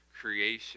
creation